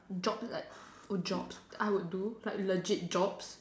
job like jobs I would do like legit jobs